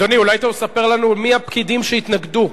אדוני, אולי תספר לנו מי הפקידים שהתנגדו.